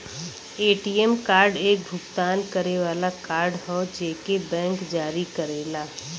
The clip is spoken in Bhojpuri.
ए.टी.एम कार्ड एक भुगतान करे वाला कार्ड हौ जेके बैंक जारी करेला